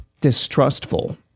distrustful